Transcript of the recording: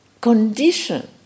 condition